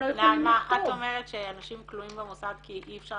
את בעצם אומרת שאנשים כלואים במוסד כי אי אפשר